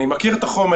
אני מכיר את החומר,